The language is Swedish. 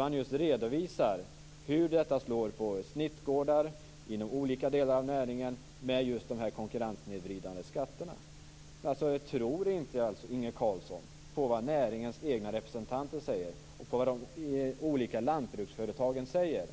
Man redovisar hur de konkurrenssnedvridande skatterna slår på snittgårdar inom olika delar av näringen. Tror inte Inge Carlsson på vad näringens egna representanter säger och vad de olika lantbruksföretagen säger